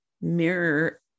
mirror